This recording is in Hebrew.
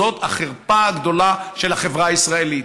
זאת החרפה הגדולה של החברה הישראלית.